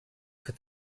für